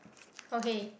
okay